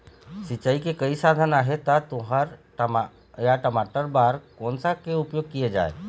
सिचाई के कई साधन आहे ता तुंहर या टमाटर बार कोन सा के उपयोग किए जाए?